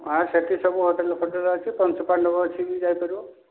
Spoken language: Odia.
ହଁ ସେଇଠି ସବୁ ହୋଟେଲ୍ ଫୋଟେଲ୍ ଅଛି ପଞ୍ଚୁପାଣ୍ଡବ ଅଛି ବି ଯାଇପାରିବ